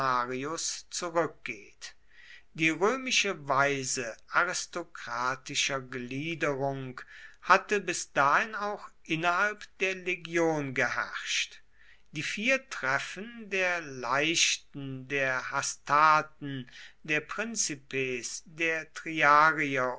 zurückgeht die römische weise aristokratischer gliederung hatte bis dahin auch innerhalb der legion geherrscht die vier treffen der leichten der hastaten der principes der